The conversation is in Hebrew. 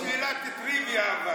יש לי שאלת טריוויה.